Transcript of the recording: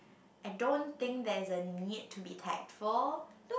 I don't think there's a need to be tactful